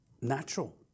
natural